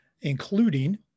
including